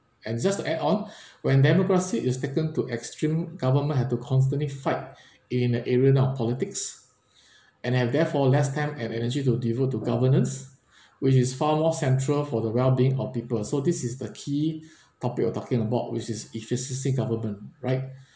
and just to add on when democracy is taken to extreme government had to constantly fight in the arena of politics and have therefore less time and energy to devote to governance which is far more central for the well-being of people so this is the key topic we're talking about which is efficiency government right